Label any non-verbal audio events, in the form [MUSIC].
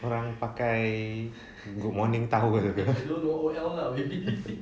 orang pakai good morning towels lah [LAUGHS]